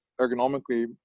ergonomically